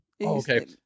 okay